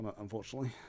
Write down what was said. unfortunately